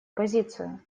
позицию